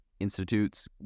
institutes